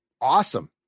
awesome